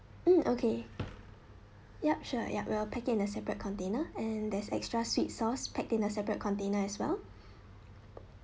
mm okay yup sure yup will pack it in a separate container and there's an extra sweet sauce packed in a separate container as well